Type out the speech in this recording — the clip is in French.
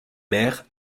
mer